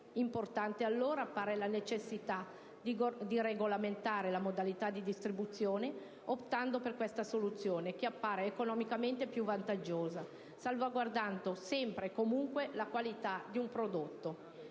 Importante, allora, appare la necessità di regolamentare le modalità di distribuzione optando per questa soluzione che appare economicamente più vantaggiosa, salvaguardando sempre e comunque la qualità del prodotto.